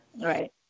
Right